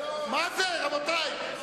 רבותי?